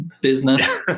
business